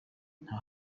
nta